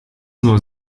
nur